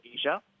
Asia